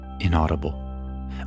inaudible